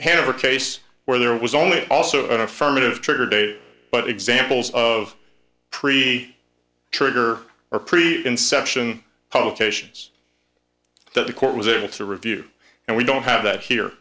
hammer case where there was only also an affirmative trigger day but examples of tree trigger are preconception publications that the court was able to review and we don't have that here